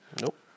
Nope